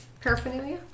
paraphernalia